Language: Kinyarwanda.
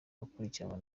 gukurikiranwa